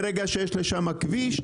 ברגע שיש לשם כביש,